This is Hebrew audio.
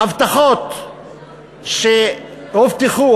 ההבטחות שהובטחו,